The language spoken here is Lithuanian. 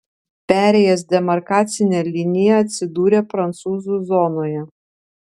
perėjęs demarkacinę liniją atsidūrė prancūzų zonoje